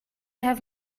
have